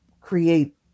create